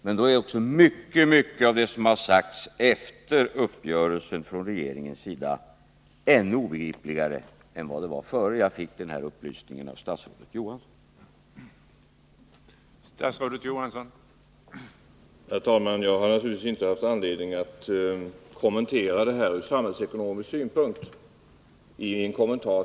Men då är också mycket av det som man från regeringens sida sagt efter uppgörelsen ännu obegripligare än det var innan jag fick den här upplysningen av statsrådet Johansson.